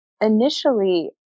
initially